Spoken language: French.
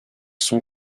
sont